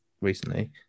recently